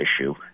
issue